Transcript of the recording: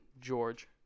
George